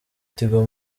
tigo